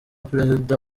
perezida